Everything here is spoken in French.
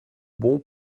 bon